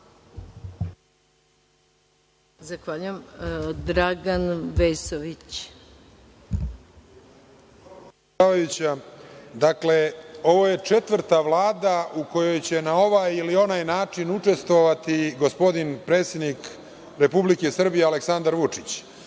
Vesović. **Dragan Vesović** Dakle, ovo je četvrta Vlada u kojoj će na ovaj ili onaj način učestvovati gospodin predsednik Republike Srbije Aleksandar Vučić.